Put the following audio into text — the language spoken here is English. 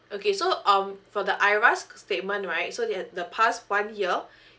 okay so um for the IRAS statement right so there're the past one year